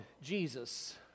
Jesus